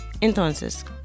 Entonces